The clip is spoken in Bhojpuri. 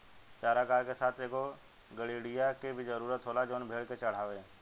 चारागाह के साथ एगो गड़ेड़िया के भी जरूरत होला जवन भेड़ के चढ़ावे